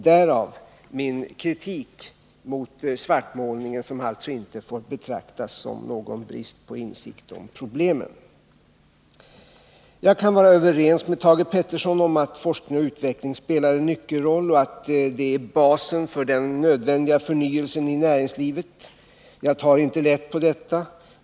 Därav min kritik mot svartmålningen, en kritik som alltså inte får betraktas som någon brist på insikt om problemen. Jag kan vara överens med Thage Peterson om att forskning och utveckling spelar en nyckelroll och är basen för den nödvändiga förnyelsen i näringslivet. Jag tar inte lätt på detta.